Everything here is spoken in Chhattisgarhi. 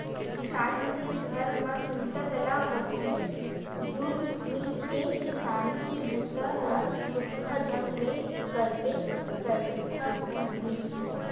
किसान मन के घर म सुनता सलाह होके जुल मिल के किसानी के बूता ल सुग्घर ढंग ले करबे करथन भईर